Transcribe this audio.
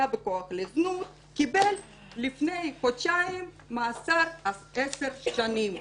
לזנות והוא קיבל לפני חודשיים מאסר של 10 שנים.